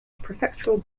prefectural